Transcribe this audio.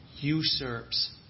usurps